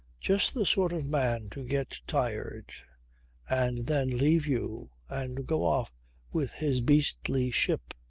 just the sort of man to get tired and then leave you and go off with his beastly ship.